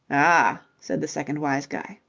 ah! said the second wise guy.